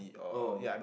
oh